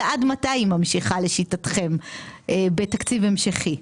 ועד מתי היא ממשיכה לשיטתכם בתקציב המשכי?